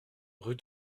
rue